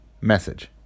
message